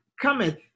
cometh